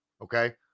Okay